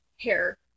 hair